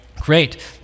Great